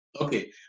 okay